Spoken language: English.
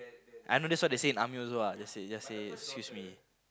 I know that's what they say in army also ah just say just say excuse me